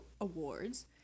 awards –